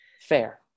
Fair